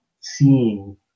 seeing